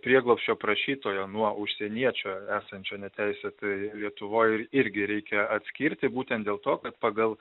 prieglobsčio prašytojo nuo užsieniečio esančio neteisėtai lietuvoj irgi reikia atskirti būtent dėl to kad pagal